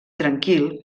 tranquil